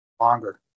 longer